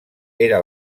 era